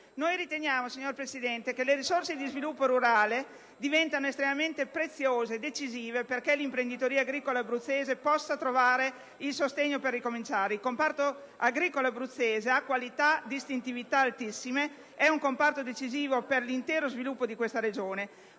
rurale. Signor Presidente, riteniamo che le risorse di sviluppo rurale diventano estremamente preziose e decisive affinché l'imprenditoria agricola abruzzese possa trovare il sostegno per ricominciare. Il comparto agricolo abruzzese ha qualità e caratteristiche altissime; è un comparto decisivo per l'intero sviluppo della Regione.